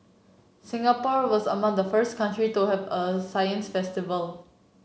Singapore was among the first country to have a science festival